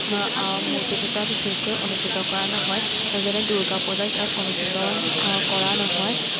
মূৰ্তি পূজা বিশেষকৈ অনুষ্ঠিত কৰা নহয় যেনে দুৰ্গা পূজা ইয়াত অনুষ্ঠিত কৰা নহয়